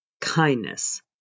kindness